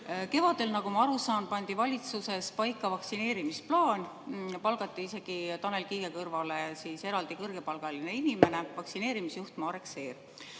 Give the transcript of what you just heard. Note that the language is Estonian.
Kevadel, nagu ma aru saan, pandi valitsuses paika vaktsineerimisplaan, palgati isegi Tanel Kiige kõrvale eraldi kõrgepalgaline inimene, vaktsineerimisjuht Marek Seer.